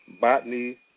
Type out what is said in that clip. Botany